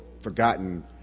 Forgotten